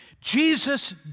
Jesus